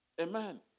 Amen